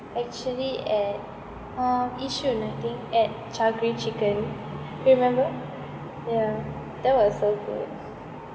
actually at uh yishun I think at char grill chicken remember yeah that was so good